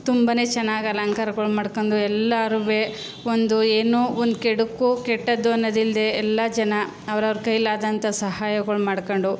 ತುಂಬನೇ ಚೆನ್ನಾಗಿ ಅಲಂಕಾರಗಳು ಮಾಡ್ಕೊಂಡು ಎಲ್ಲರೂ ಒಂದು ಏನು ಒಂದು ಕೆಡುಕು ಕೆಟ್ಟದ್ದು ಅನ್ನೋದಿಲ್ದೆ ಎಲ್ಲ ಜನ ಅವ್ರವ್ರ ಕೈಲಾದಂಥ ಸಹಾಯಗಳು ಮಾಡ್ಕೊಂಡು